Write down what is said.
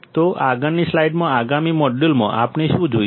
તો આગળની સ્લાઇડ્સમાં આગામી મોડ્યુલોમાં આપણે શું જોઈશું